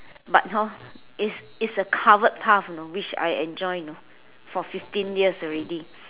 but hor is is a covered path you know which I enjoy you know for fifteen years already